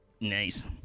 Nice